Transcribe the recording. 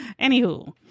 Anywho